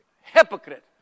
hypocrite